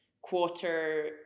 quarter